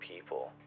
people